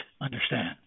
understand